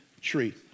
tree